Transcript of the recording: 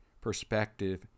perspective